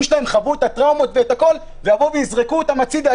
שלהם חוו את הטראומות ואת הכול שיבואו ויזרקו אותם הצידה,